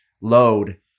load